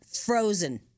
frozen